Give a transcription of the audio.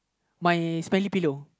my smelly pillow